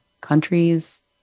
countries